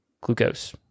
glucose